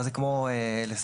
אז זה כמו לסרב.